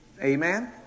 amen